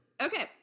Okay